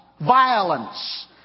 Violence